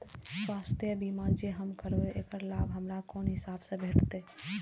स्वास्थ्य बीमा जे हम करेब ऐकर लाभ हमरा कोन हिसाब से भेटतै?